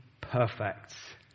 perfect